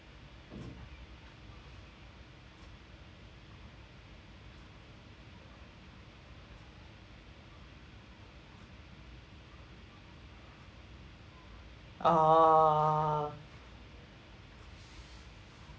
oo